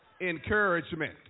Encouragement